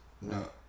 No